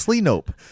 Nope